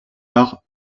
par